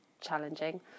challenging